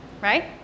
Right